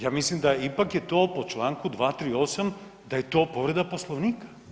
Ja mislim da ipak je to po čl. 238., da je to povreda Poslovnika.